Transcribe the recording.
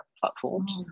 platforms